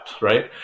right